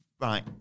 Right